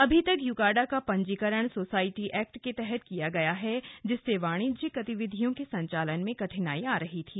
अभी तक यूकाडा का पंजीकरण सोसाइटी एक्ट के तहत किया गया गया है जिससे वाणिज्यिक गतिविधियों के संचालन में कठिनाई आ रही थी